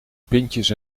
pintjes